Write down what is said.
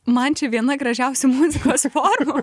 man čia viena gražiausių muzikos formų